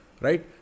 Right